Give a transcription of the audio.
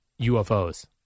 UFOs